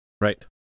Right